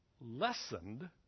lessened